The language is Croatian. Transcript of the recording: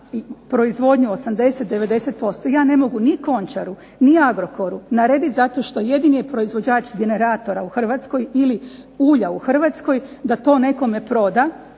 proizvodnju 80, 90%. Ja ne mogu ni Končaru, ni Agrokoru narediti zato što jedini je proizvođač generatora u Hrvatskoj ili ulja u Hrvatskoj da to nekome proda